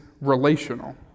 relational